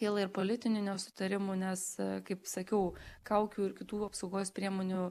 kyla ir politinių nesutarimų nes kaip sakiau kaukių ir kitų apsaugos priemonių